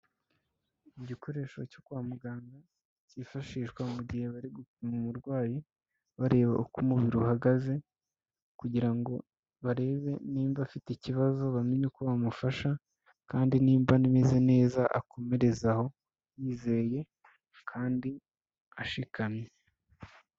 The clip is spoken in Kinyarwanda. Igikoresho cyo kwa muganga cyifashishwa mu gihe bari gupima umurwayi bareba uko umubiri uhagaze kugira ngo barebe nimba afite ikibazo bamenye uko bamufasha, kandi niba ameze neza akomereze aho yizeye kandi ashikamye.